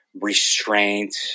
restraint